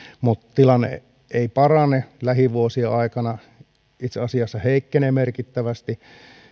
tilanne ei parane lähivuosien aikana vaan itse asiassa se heikkenee merkittävästi